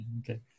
Okay